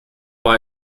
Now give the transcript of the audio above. war